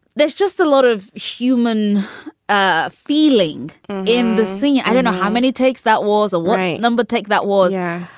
there's just a lot of human ah feeling in the scene. i don't know how many takes that was away. no, but take that water.